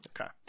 Okay